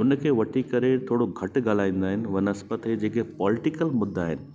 उनखे वठी करे थोरो घटि ॻाल्हाईंदा आहिनि बनस्पति जा जेके पॉलिटिकल मुद्दा आहिनि